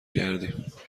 کردیم